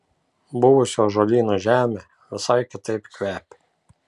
buvusių ąžuolynų žemė visai kitaip kvepia